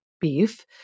beef